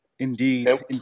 Indeed